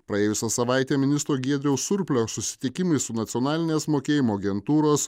praėjusią savaitę ministro giedriaus surplio susitikimai su nacionalinės mokėjimo agentūros